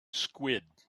squid